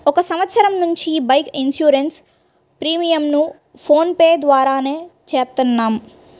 ఒక సంవత్సరం నుంచి బైక్ ఇన్సూరెన్స్ ప్రీమియంను ఫోన్ పే ద్వారానే చేత్తన్నాం